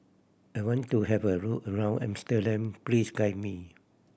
I want to have a look around Amsterdam please guide me